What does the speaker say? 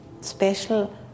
special